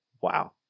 Wow